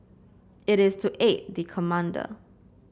it is to aid the commander